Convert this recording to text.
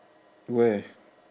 where